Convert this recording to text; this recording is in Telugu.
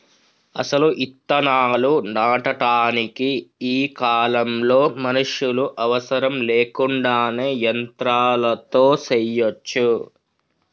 అసలు ఇత్తనాలు నాటటానికి ఈ కాలంలో మనుషులు అవసరం లేకుండానే యంత్రాలతో సెయ్యచ్చు